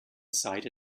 seite